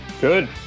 good